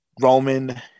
roman